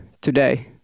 today